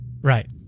Right